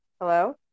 hello